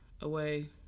away